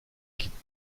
quitte